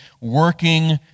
working